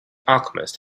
alchemist